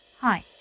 Hi